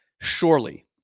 Surely